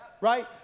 Right